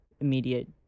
immediate